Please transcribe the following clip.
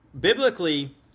Biblically